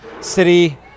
city